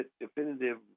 definitive